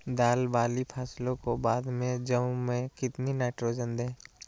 दाल वाली फसलों के बाद में जौ में कितनी नाइट्रोजन दें?